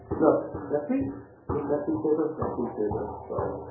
no next week? is this next week's paper? next week's paper, sorry.